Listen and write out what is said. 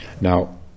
Now